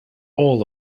all